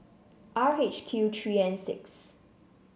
R H Q three N six